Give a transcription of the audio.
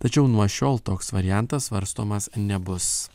tačiau nuo šiol toks variantas svarstomas nebus